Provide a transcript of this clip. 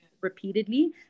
repeatedly